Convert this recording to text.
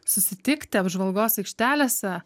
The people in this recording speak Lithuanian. susitikti apžvalgos aikštelėse